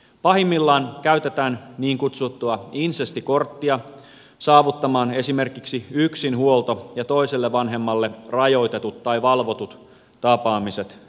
pahimmillaan käytetään niin kutsuttua insestikorttia saavuttamaan esimerkiksi yksinhuolto ja toiselle vanhemmalle rajoitetut tai valvotut tapaamiset lähestymiskieltoineen